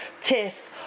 tiff